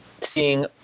seeing